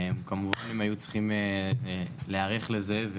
כמובן הם היו צריכים להיערך לזה,